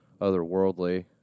otherworldly